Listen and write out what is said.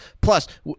Plus